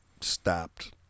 stopped